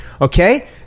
Okay